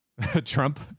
Trump